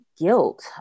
guilt